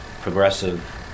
progressive